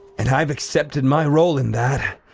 and i've accepted my role in that.